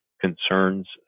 concerns